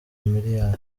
miliyari